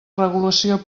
regulació